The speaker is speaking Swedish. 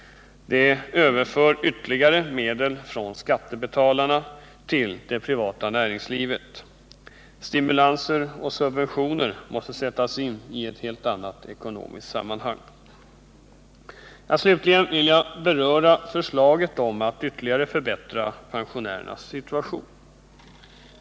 Därigenom överförs ytterligare medel från skattebetalarna till det privata näringslivet. Stimulanser och subventioner måste sättas in i ett annat ekonomiskt sammanhang. Slutligen vill jag beröra förslaget om att ytterligare förbättra pensionärernas situation.